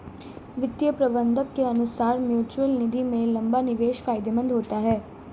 वित्तीय प्रबंधक के अनुसार म्यूचअल निधि में लंबा निवेश फायदेमंद होता है